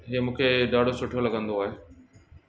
इहो मूंखे ॾाढो सुठो लॻंदो आहे